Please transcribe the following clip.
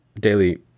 daily